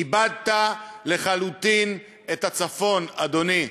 איבדת לחלוטין את הצפון, אדוני.